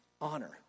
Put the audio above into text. Honor